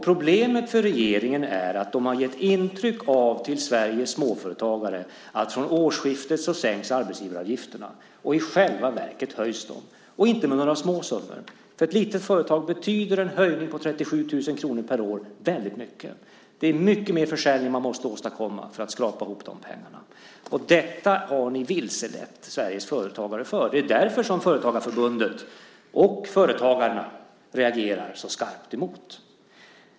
Problemet för regeringen är att de inför Sveriges småföretagare har gett ett intryck av att arbetsgivaravgifterna sänks från årsskiftet. I själva verket höjs de, och inte med småsummor! För ett litet företag betyder en höjning med 37 000 kr per år väldigt mycket. Det är mycket mer försäljning man måste åstadkomma för att skrapa ihop de pengarna. Där har ni vilselett Sveriges företagare. Det är därför som Företagarförbundet och Företagarna reagerar så skarpt.